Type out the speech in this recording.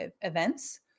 events